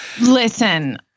Listen